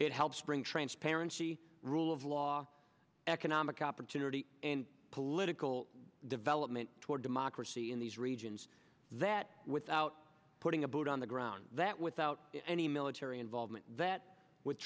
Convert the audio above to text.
it helps bring transparency rule of law economic opportunity and political development toward democracy in these regions that without putting a boot on the ground that without any military involvement that would